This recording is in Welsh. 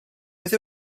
beth